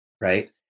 Right